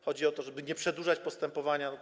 Chodzi o to, żeby nie przedłużać postępowania.